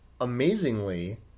amazingly